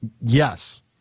Yes